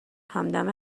همدم